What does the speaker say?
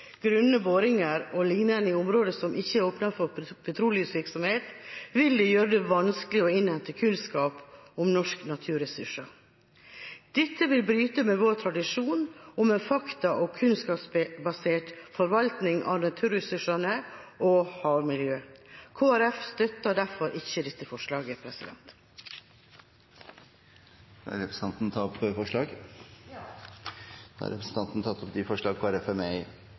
i områder som ikke er åpnet for petroleumsvirksomhet, vil det gjøre det vanskelig å innhente kunnskap om norske naturressurser. Dette vil bryte med vår tradisjon om en fakta- og kunnskapsbasert forvaltning av naturressurser og havmiljø. Kristelig Folkeparti støtter derfor ikke dette forslaget. Jeg tar herved opp det forslaget som Kristelig Folkeparti er medforslagsstiller til. Representanten